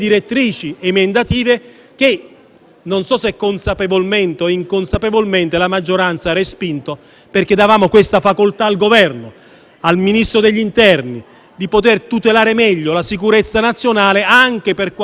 non so se consapevolmente o inconsapevolmente - la maggioranza ha respinto. Davamo al Governo e al Ministro dell'interno la facoltà di poter tutelare meglio la sicurezza nazionale anche per quanto riguarda l'aspetto della tecnologia,